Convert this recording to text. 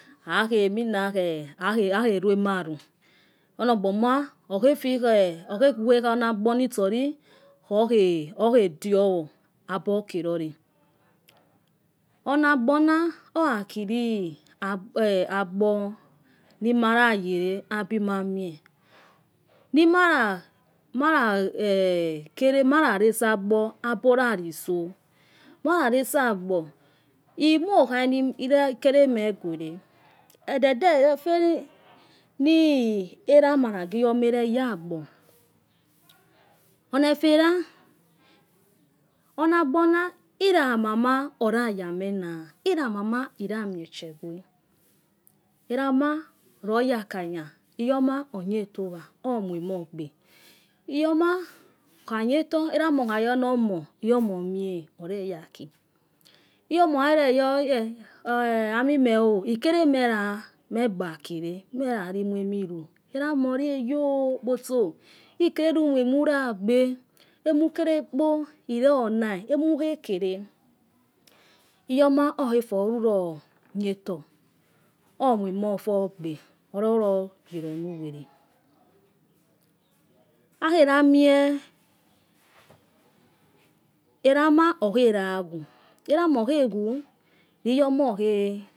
Akheminakhe. akhelua malu. ono. gbamay okhofike. okhegwe agbor natsoli okhaden wo. abuleloli. ona. agbena okhakili ogbonimalayele abimemue. nimali nimale use agbor abugali so. wayelesa. agbor. imo. niba le mogu ere. edede. ofina. erama lagi iwoma erega agbor. onefele. ogbona. ilamama. oyayamena. ilamama. llamie echa gwe. erama leyaleanya iyoma ode tohowa. omumogbe. iyomo olehadator orama okhayonomo omie oreyaki iyoma okha khorere amime oh llcolemegba akire. meyali mua milu. erama oli heye oo. opotso ekenumua muga gbo. emukelekpo. iyarena. umukhe kele iyoma okholulodator. umuamofor egbe. orelulo yolenuwele. akheramue akhomie erama. okheyakhu abe erama okhekhu